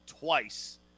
twice